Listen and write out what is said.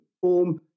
form